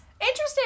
Interesting